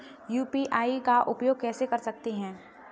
UPI का उपयोग कैसे कर सकते हैं?